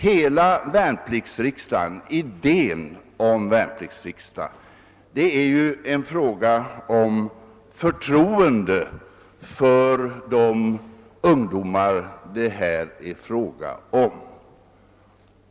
Hela idén med värnpliktsriksdagen är en fråga om förtroende för de ungdomar det här gäller.